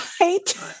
right